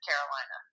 Carolina